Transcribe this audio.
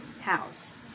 house